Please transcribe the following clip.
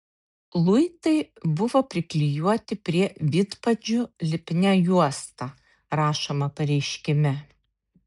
luitai buvo priklijuoti prie vidpadžių lipnia juosta rašoma pareiškime